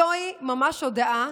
זוהי ממש הודעה